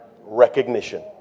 Recognition